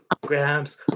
grams